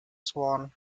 swan